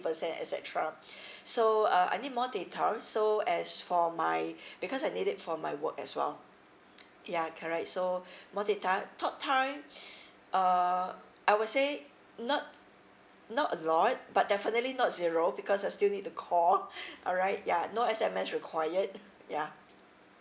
percent et cetera so uh I need more data so as for my because I need it for my work as well ya correct so more data talk time uh I would say not not a lot but definitely not zero because I still need to call alright ya no S_M_S required yeah